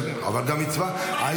מצווה, לא?